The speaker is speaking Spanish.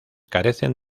carecen